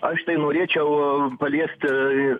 aš tai norėčiau paliesti ir